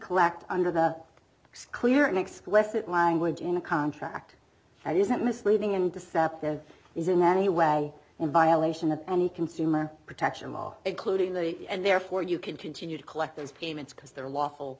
collect under the clear and explicit language in a contract that isn't misleading and deceptive is in any way violation of the consumer protection law it clothing the and therefore you can continue to collect those payments because they're lawful